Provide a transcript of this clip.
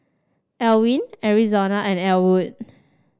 Alwin Arizona and Elwood